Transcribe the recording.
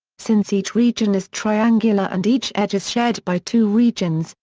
since each region is triangular and each edge is shared by two regions,